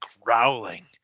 growling